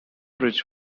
bridge